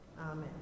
Amen